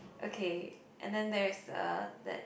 okay and then there is uh that